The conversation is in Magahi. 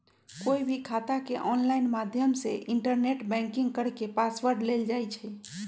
कोई भी खाता के ऑनलाइन माध्यम से इन्टरनेट बैंकिंग करके पासवर्ड लेल जाई छई